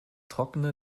trockene